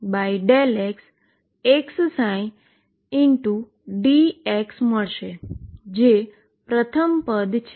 જે પ્રથમ પદ છે